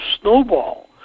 snowball